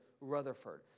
Rutherford